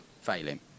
failing